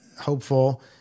hopeful